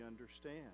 understand